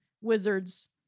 wizards